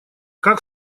как